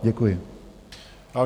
Děkuji vám.